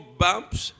bumps